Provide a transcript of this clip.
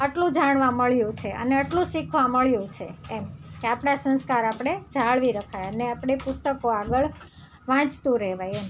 આટલું જાણવા મળ્યું છે અને આટલું શીખવાં મળ્યું છે એમ કે આપણાં સંસ્કાર આપણે જાળવી રખાય અને આપણે પુસ્તકો આગળ વાંચતું રહેવાય એમ